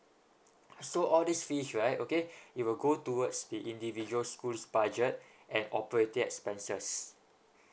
so all these fees right okay it will go towards the individual schools budget and operating expenses